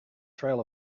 trail